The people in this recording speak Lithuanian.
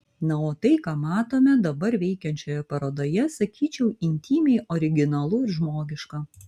na o tai ką matome dabar veikiančioje parodoje sakyčiau intymiai originalu ir žmogiška